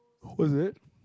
was it